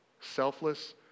Selfless